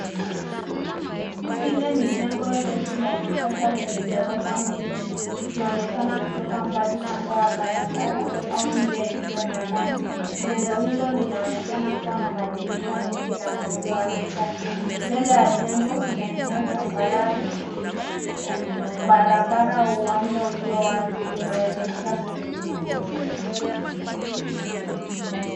Hili ni jengo refu la kisasa lenye ghorofa nyingi, ikionekana kutoka mbali kando ya barabara au njia isiyo na lami. Jengo hilo linaonekana kuwa na madirisha mengi na muundo wa kisasa. Mbele ya jengo kuna eneo tambarare, barabara, uwanja ulio wazi unaelekea kwenye jengo hilo.